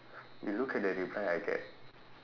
you look at the reply I get